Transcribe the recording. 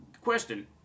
question